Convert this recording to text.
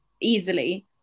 easily